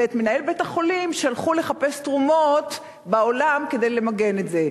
ואת מנהל בית-החולים שלחו לחפש תרומות בעולם כדי למגן את זה.